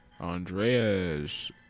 Andreas